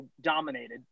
dominated